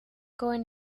going